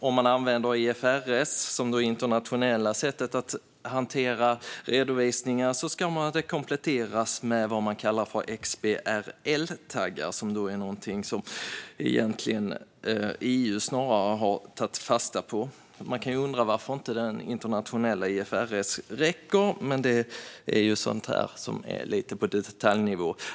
Om man använder IFRS, som är det internationella sättet att hantera redovisningar, ska det kompletteras med vad som kallas XBRL-taggar - något som EU snarare har tagit fasta på. Man kan undra varför inte det internationella IFRS räcker, men det är lite på detaljnivå.